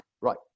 right